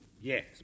yes